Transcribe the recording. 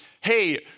hey